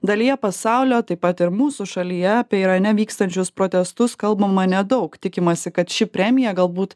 dalyje pasaulio taip pat ir mūsų šalyje apie irane vykstančius protestus kalbama nedaug tikimasi kad ši premija galbūt